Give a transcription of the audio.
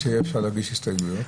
מתי אפשר יהיה להגיש הסתייגויות?